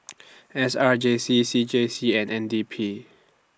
S R J C C J C and N D P